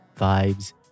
vibes